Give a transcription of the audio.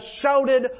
shouted